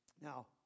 Now